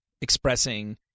expressing